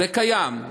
זה קיים.